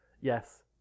Yes